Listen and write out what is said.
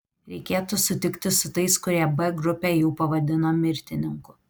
reikėtų sutikti su tais kurie b grupę jau pavadino mirtininkų